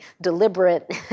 deliberate